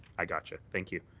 i got you. thank you.